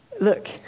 look